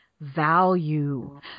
value